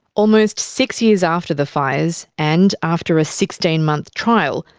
almost six years after the fires, and after a sixteen month trial,